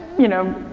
you know,